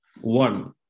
one